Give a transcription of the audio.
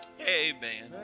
Amen